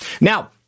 Now